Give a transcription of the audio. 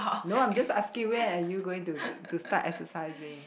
no I'm just asking when are you going to to start exercising